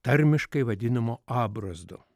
tarmiškai vadinamo abrozdo